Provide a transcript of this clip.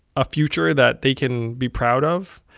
a future that they can be proud of.